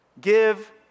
Give